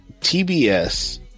TBS